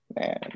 man